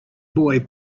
boy